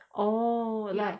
oh like ya